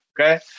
okay